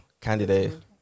candidate